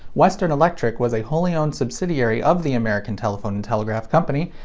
western electric was a wholly owned subsidiary of the american telephone and telegraph company,